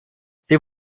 sie